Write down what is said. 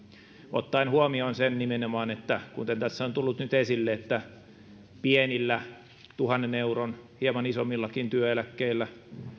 ottaen huomioon nimenomaan sen kuten tässä on tullut nyt esille että pienillä tuhannen euron tai hieman isommillakaan työeläkkeillä